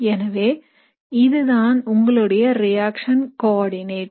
எனவே இதுதான் உங்களுடைய ரியாக்சன் கோஆர்டிநேட்